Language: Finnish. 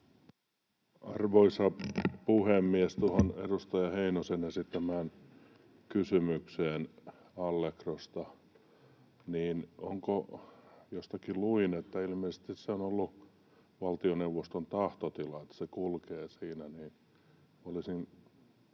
Arvoisa puhemies! Tuohon edustaja Heinosen esittämään kysymykseen Allegrosta. Kun jostakin luin, että ilmeisesti on ollut valtioneuvoston tahtotila, että se kulkee siinä,